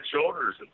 shoulders